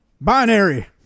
Binary